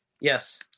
Yes